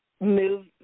move